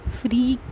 free